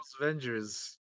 Avengers